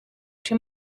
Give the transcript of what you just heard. too